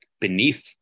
beneath